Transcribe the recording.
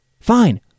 fine